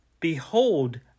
Behold